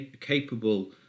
capable